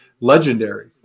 legendary